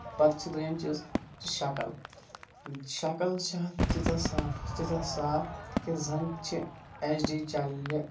پَتہٕ چھُ دٔیِم چیٖز چھِ شکٕل شکٕل چھےٚ اَتھ تیٖژھ صاف تیٖژھ صاف کہِ زَن چھِ ایچ ڈی چینلہِ